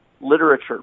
literature